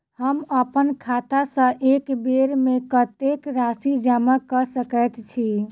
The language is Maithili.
हम अप्पन खाता सँ एक बेर मे कत्तेक राशि जमा कऽ सकैत छी?